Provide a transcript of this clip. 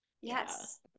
yes